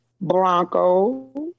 Broncos